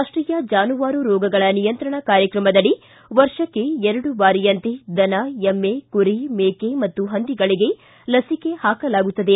ರಾಷ್ಟೀಯ ಜಾನುವಾರು ರೋಗಗಳ ನಿಯಂತ್ರಣ ಕಾರ್ಯಕ್ರಮದಡಿ ವರ್ಷಕ್ಕೆ ಎರಡು ಬಾರಿಯಂತೆ ದನ ಎಮ್ಮೆ ಕುರಿ ಮೇಕೆ ಮತ್ತು ಹಂದಿಗಳಿಗೆ ಲಿಸಿಕೆ ಹಾಕಲಾಗುತ್ತದೆ